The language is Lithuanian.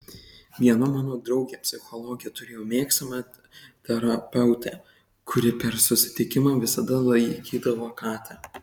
viena mano draugė psichologė turėjo mėgstamą terapeutę kuri per susitikimą visada laikydavo katę